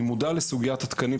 אני מודע לסוגיית התקנים,